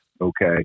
Okay